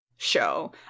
show